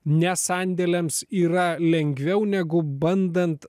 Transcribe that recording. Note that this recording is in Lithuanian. ne sandėliams yra lengviau negu bandant